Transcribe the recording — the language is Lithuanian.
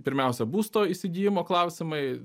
pirmiausia būsto įsigijimo klausimai